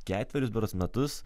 ketverius berods metus